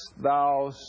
thou